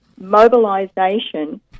mobilisation